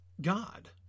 God